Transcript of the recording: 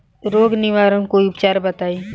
रोग निवारन कोई उपचार बताई?